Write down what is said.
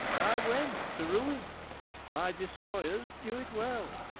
i went to ruin my destroyers knew it well,